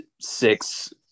six